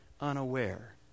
unaware